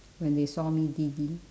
when they saw me